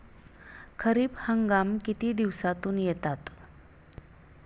खरीप हंगाम किती दिवसातून येतात?